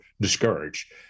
discouraged